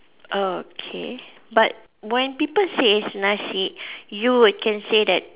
okay but when people say it's nasi you would can say that